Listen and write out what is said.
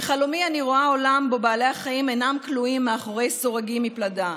בחלומי אני רואה עולם שבו בעלי החיים אינם כלואים מאחורי סורגים מפלדה,